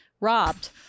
robbed